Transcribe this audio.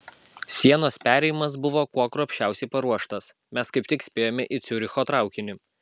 sienos perėjimas buvo kuo kruopščiausiai paruoštas mes kaip tik spėjome į ciuricho traukinį